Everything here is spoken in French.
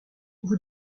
vous